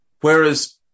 Whereas